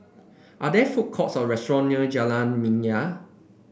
are there food courts or restaurant near Jalan Minyak